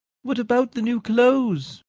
what about the new clothes?